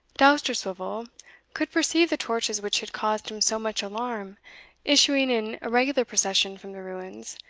dousterswivel could perceive the torches which had caused him so much alarm issuing in irregular procession from the ruins,